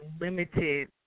limited